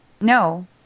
No